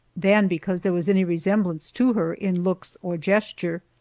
than because there was any resemblance to her in looks or gesture.